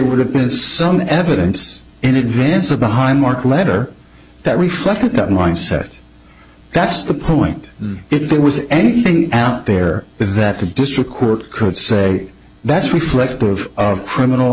would have been some evidence in advance of behind mark matter that reflects that mindset that's the point if there was anything out there that the district court could say that's reflective of criminal